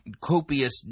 copious